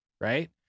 right